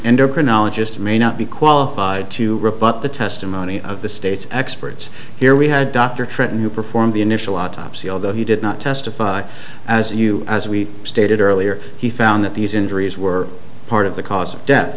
endocrinologist may not be qualified to rebut the testimony of the state's experts here we had dr trenton who performed the initial autopsy although he did not testify as you as we stated earlier he found that these injuries were part of the cause of death